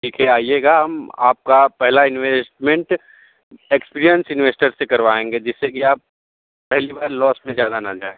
देखिए आइएगा हम आपका पहला इन्वेस्टमेंट एक्सपीरियंस इन्वेस्टर से करवाएंगे जिससे की आप पहली बार लॉस में ज़्यादा ना जाएं